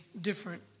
different